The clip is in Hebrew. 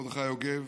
מרדכי יוגב,